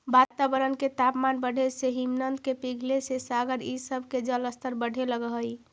वातावरण के तापमान बढ़े से हिमनद के पिघले से सागर इ सब के जलस्तर बढ़े लगऽ हई